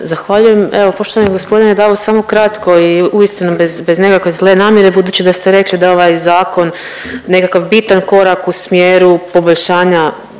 Zahvaljujem. Evo poštovani g. Dabo samo kratko i uistinu bez nekakve zle namjere budući da ste rekli da je ovaj zakon nekakav bitan korak u smjeru poboljšanja